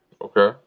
Okay